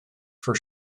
for